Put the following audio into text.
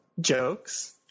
jokes